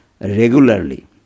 regularly